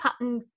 pattern